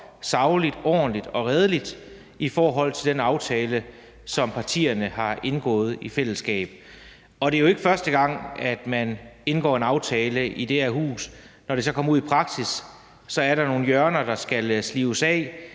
sagligt, ordentligt og redeligt op i forhold til den aftale, som partierne har indgået i fællesskab. Og det er jo ikke første gang, at man indgår en aftale i det her hus, hvor der, når det så kommer ud i praksis, er nogle hjørner, der skal slibes af.